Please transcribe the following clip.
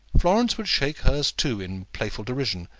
florence would shake hers too, in playful derision,